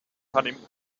honeymoon